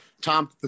Tom